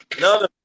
No